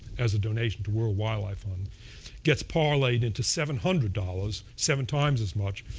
as a donation to world wildlife fund gets parlayed into seven hundred dollars, seven times as much,